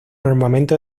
armamento